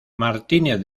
martínez